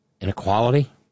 inequality